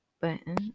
Button